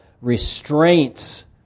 restraints